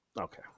Okay